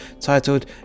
titled